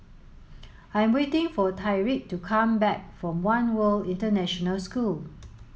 I am waiting for Tyrik to come back from One World International School